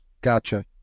Gotcha